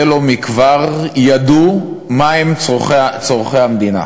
זה לא כבר ידעו מה הם צורכי המדינה.